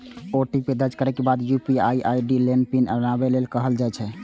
OTP दर्ज करै के बाद यू.पी.आई आई.डी लेल पिन बनाबै लेल कहल जाइ छै